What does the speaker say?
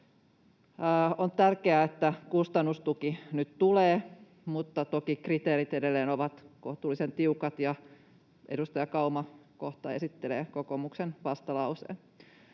On tärkeää, että kustannustuki nyt tulee, mutta toki kriteerit edelleen ovat kohtalaisen tiukat, ja edustaja Kauma kohta esittelee kokoomuksen vastalauseen.